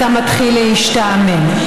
אתה מתחיל להשתעמם.